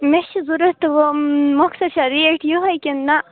مےٚ چھِ ضوٚرَتھ تہٕ وٕ مۄخثر چھےٚ ریٹ یِہَے کِنہٕ نَہ